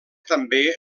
també